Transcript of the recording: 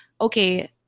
okay